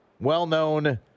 well-known